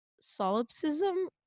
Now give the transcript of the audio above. solipsism